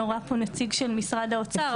אני רואה פה נציג של משרד האוצר.